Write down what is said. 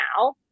now